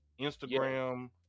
Instagram